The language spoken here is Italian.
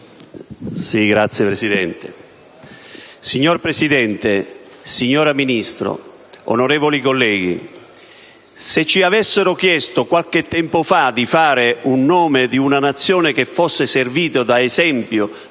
finestra") *(PdL)*. Signor Presidente, signora Ministro, onorevoli colleghi, se ci avessero chiesto qualche tempo fa di fare il nome di una Nazione che fosse servita da esempio